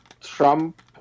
Trump